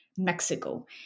Mexico